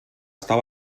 estar